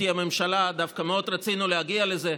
תהיה ממשלה: דווקא מאוד רצינו להגיע לזה,